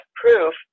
proof